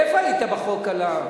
איפה היית בחוק על,